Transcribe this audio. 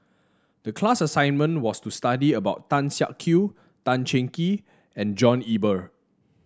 the class assignment was to study about Tan Siak Kew Tan Cheng Kee and John Eber